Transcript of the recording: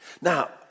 Now